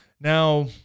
Now